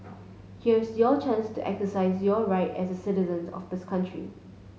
here's your chance to exercise your right as citizens of this country